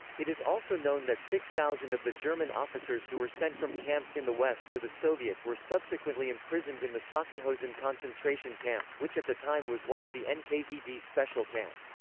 it is also known that six thousand of the german officers who were sent from camps in the west to the soviets were subsequently imprisoned in the sachsenhausen concentration camp, which at the time was one of the nkvd special camp.